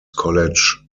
college